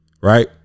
Right